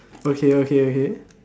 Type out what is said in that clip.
okay okay okay